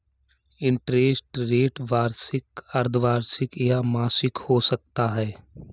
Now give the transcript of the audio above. interest rate वार्षिक, अर्द्धवार्षिक या मासिक हो सकता है